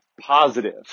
positive